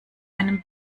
einem